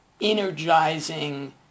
energizing